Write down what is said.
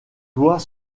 doit